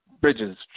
Bridges